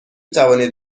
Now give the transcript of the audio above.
توانید